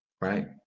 right